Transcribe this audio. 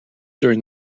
during